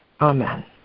Amen